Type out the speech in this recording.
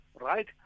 right